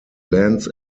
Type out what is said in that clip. lands